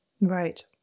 Right